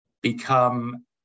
become